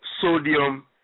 sodium